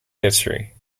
history